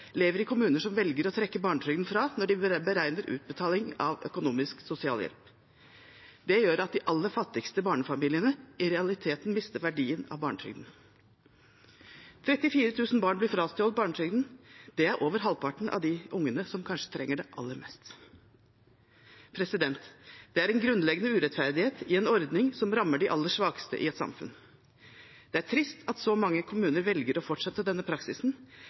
lever i kommuner som velger å trekke barnetrygden fra når de beregner utbetaling av økonomisk sosialhjelp. Det gjør at de aller fattigste barnefamiliene i realiteten mister verdien av barnetrygden. 34 000 barn blir frastjålet barnetrygden. Det er over halvparten av de ungene som kanskje trenger det aller mest. Det er en grunnleggende urettferdighet i en ordning som rammer de aller svakeste i et samfunn. Det er trist at så mange kommuner velger å fortsette denne praksisen